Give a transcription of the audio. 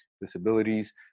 disabilities